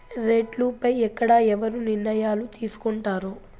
రేట్లు పై ఎక్కడ ఎవరు నిర్ణయాలు తీసుకొంటారు?